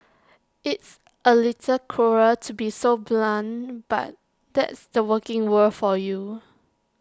it's A little cruel to be so blunt but that's the working world for you